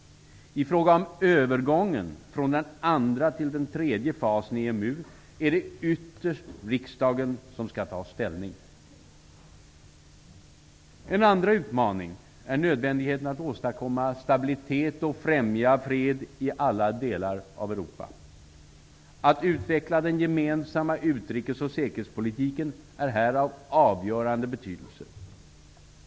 I fråga om övergången från den andra till den tredje fasen i EMU är det ytterst riksdagen som skall ta ställning. En andra utmaning är nödvändigheten att åstadkomma stabilitet och främja fred i alla delar av Europa. Att utveckla den gemensamma utrikesoch säkerhetspolitiken är av avgörande betydelse.